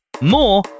More